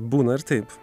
būna ir taip